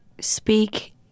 speak